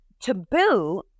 Taboo